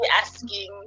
asking